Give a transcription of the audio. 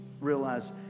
realize